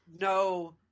no